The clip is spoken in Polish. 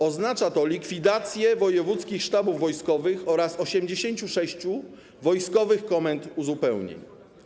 Oznacza to likwidację wojewódzkich sztabów wojskowych oraz 86 wojskowych komend uzupełnień.